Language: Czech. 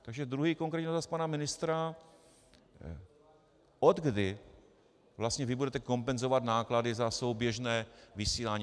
Takže druhý konkrétní dotaz na pana ministra, odkdy vlastně vy budete kompenzovat náklady za souběžné vysílání?